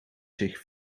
zich